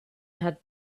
had